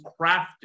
crafted